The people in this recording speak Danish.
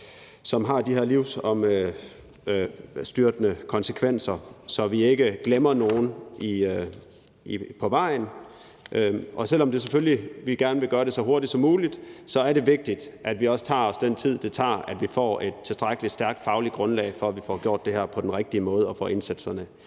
som har de her livsomstyrtende konsekvenser, så vi ikke glemmer nogen på vejen. Selv om vi selvfølgelig gerne vil gøre det så hurtigt som muligt, er det vigtigt, at vi også tager os den tid, det tager, og at vi får et tilstrækkelig stærkt fagligt grundlag for, at vi får gjort det på den rigtige måde og får indsatserne